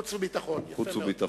החוץ והביטחון.